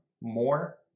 more